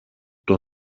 τον